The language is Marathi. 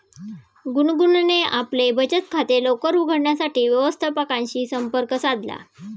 गुनगुनने आपले बचत खाते लवकर उघडण्यासाठी व्यवस्थापकाशी संपर्क साधला